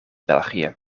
belgië